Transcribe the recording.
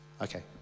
Okay